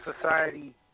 society